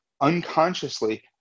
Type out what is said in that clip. unconsciously